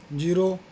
zero